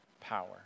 power